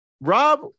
Rob